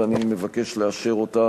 ואני מבקש לאשר אותה